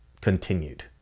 continued